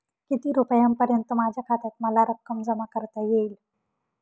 किती रुपयांपर्यंत माझ्या खात्यात मला रक्कम जमा करता येईल?